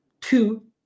two